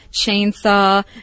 Chainsaw